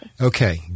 Okay